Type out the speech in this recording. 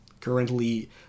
currently